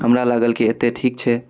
हमरा लागल कि एतेक ठीक छै